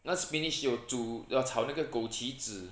他 spinach 有煮有炒那个枸杞子